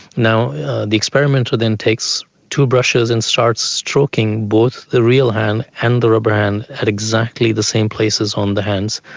the experimenter then takes two brushes and starts stroking both the real hand and the rubber hand at exactly the same places on the hands,